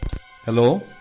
Hello